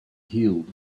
healed